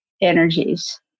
energies